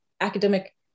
academic